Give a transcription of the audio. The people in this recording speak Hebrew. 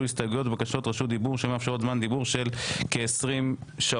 הסתייגויות ובקשות לרשות דיבור שהיו מאפשרות זמן דיבור של כ-20 שעות.